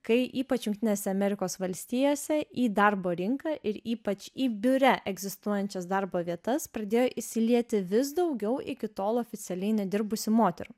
kai ypač jungtinėse amerikos valstijose į darbo rinką ir ypač į biure egzistuojančias darbo vietas pradėjo įsilieti vis daugiau iki tol oficialiai nedirbusių moterų